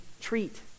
treat